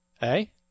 hey